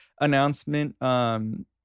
announcement